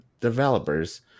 developers